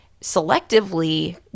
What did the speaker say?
selectively